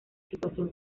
situación